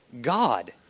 God